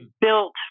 built